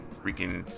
freaking